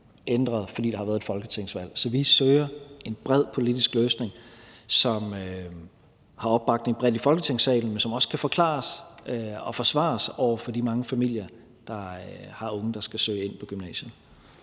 ændret, fordi der har været et folketingsvalg. Så vi søger en bred politisk løsning, som har opbakning bredt i Folketingssalen, men som også kan forklares og forsvares over for de mange familier, der har unge, der skal søge ind på gymnasiet.